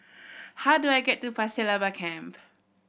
how do I get to Pasir Laba Camp